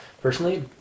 personally